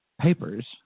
papers